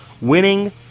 winning